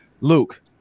Luke